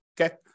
Okay